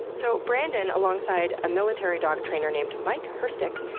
so, brandon, alongside a military dog trainer named mike herstik,